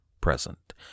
present